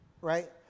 right